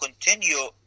continue